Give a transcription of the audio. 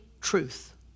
truth